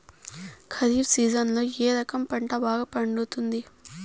ఖరీఫ్ సీజన్లలో ఏ రకం పంట బాగా పండుతుంది